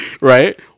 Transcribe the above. Right